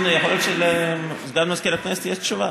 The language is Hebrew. הינה, יכול להיות שלסגן מזכירת הכנסת יש תשובה.